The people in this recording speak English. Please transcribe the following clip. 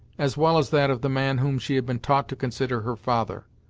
as well as that of the man whom she had been taught to consider her father.